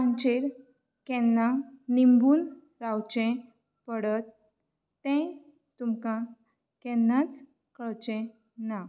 तांचेर केन्ना निंबून रावचे पडत तें तुमकां केन्नाच कळचें ना